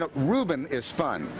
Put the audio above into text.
ah reuben is fun.